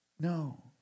no